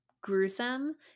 gruesome